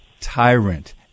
tyrant